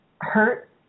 hurt